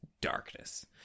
darkness